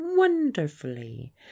wonderfully